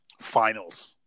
finals